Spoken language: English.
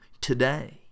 today